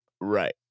right